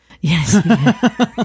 Yes